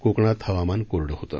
कोकणात हवामान कोरडं होतं